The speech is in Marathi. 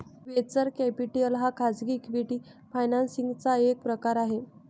वेंचर कॅपिटल हा खाजगी इक्विटी फायनान्सिंग चा एक प्रकार आहे